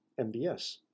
MBS